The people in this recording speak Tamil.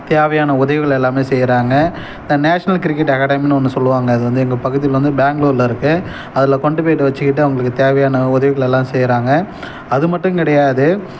தேவையான உதவிகள் எல்லாமே செய்கிறாங்க த நேஷ்னல் கிரிக்கெட்டு அகடாமினு ஒன்று சொல்லுவாங்க அது வந்து எங்கள் பக்கத்து ஊரில் வந்து பெங்களூரில் இருக்குது அதில் கொண்டு போய்விட்டு வெச்சுக்கிட்டு அவங்களுக்கு தேவையான உதவிகளெல்லாம் செய்கிறாங்க அது மட்டும் கிடையாது